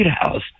House